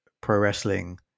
pro-wrestling